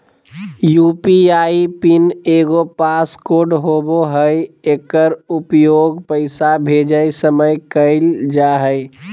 UPI PIN एगो passcode होबो हइ एकर उपयोग पैसा भेजय समय कइल जा हइ